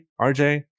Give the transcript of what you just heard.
RJ